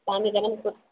तव्हांजे घर में कुझु